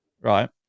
right